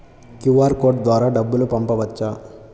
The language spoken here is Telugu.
క్యూ.అర్ కోడ్ ద్వారా డబ్బులు పంపవచ్చా?